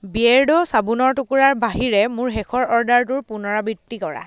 বিয়েৰ্ডো চাবোনৰ টুকুৰাৰ বাহিৰে মোৰ শেষৰ অৰ্ডাৰটোৰ পুনৰাবৃত্তি কৰা